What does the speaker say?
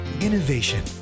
innovation